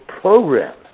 program